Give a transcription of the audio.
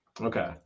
okay